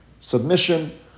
submission